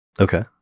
Okay